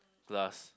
glass